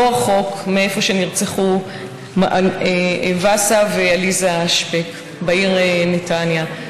לא רחוק מאיפה שנרצחו וואסה ועליזה שפק בעיר נתניה.